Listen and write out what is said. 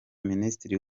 minisitiri